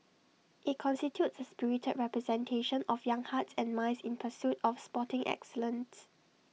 IT constitutes A spirited representation of young hearts and minds in pursuit of sporting excellence